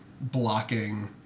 blocking